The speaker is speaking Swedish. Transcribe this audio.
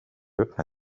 öppna